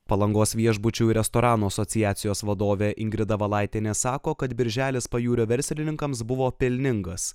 palangos viešbučių ir restoranų asociacijos vadovė ingrida valaitienė sako kad birželis pajūrio verslininkams buvo pelningas